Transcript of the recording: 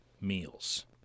meals